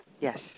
Yes